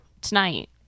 tonight